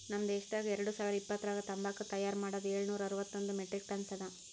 ನಮ್ ದೇಶದಾಗ್ ಎರಡು ಸಾವಿರ ಇಪ್ಪತ್ತರಾಗ ತಂಬಾಕು ತೈಯಾರ್ ಮಾಡದ್ ಏಳು ನೂರಾ ಅರವತ್ತೊಂದು ಮೆಟ್ರಿಕ್ ಟನ್ಸ್ ಅದಾ